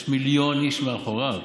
יש מיליון איש מאחוריו.